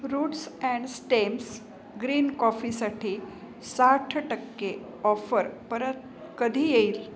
roots and stems green कॉफीसाठी साठ टक्के ऑफर परत कधी येईल